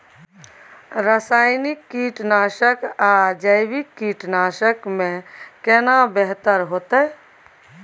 रसायनिक कीटनासक आ जैविक कीटनासक में केना बेहतर होतै?